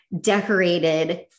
decorated